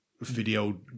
video